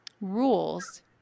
rules